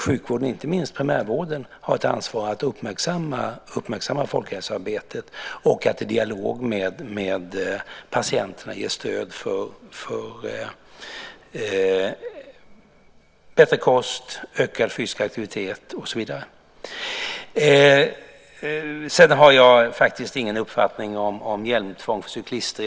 Sjukvården, inte minst primärvården, har ett ansvar för att uppmärksamma folkhälsoarbetet och för att i dialog med patienterna ge stöd för bättre kost, ökad fysisk aktivitet och så vidare. Sedan har jag faktiskt ingen uppfattning om hjälmtvång för cyklister.